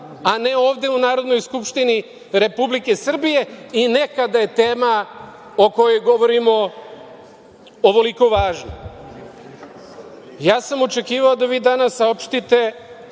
a ne ovde u Narodnoj skupštini Republike Srbije i ne kada je tema o kojoj govorimo ovoliko važna. Očekivao sam da vi danas saopštite